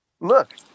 look